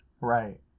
right